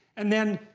and then,